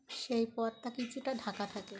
সেই পথটা কিছুটা ঢাকা থাকে